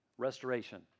restoration